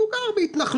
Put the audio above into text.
הוא גר בהתנחלות.